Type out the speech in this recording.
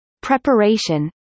preparation